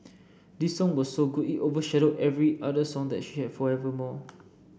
this song was so good it overshadowed every other song that she had forevermore